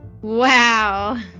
wow